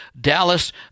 Dallas